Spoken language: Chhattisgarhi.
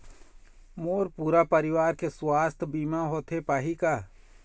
मोर पूरा परवार के सुवास्थ बीमा होथे पाही का?